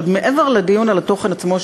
שעוד מעבר לדיון על התוכן עצמו,